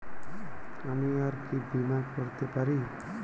আমি আর কি বীমা করাতে পারি?